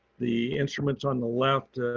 the instruments on the left,